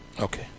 Okay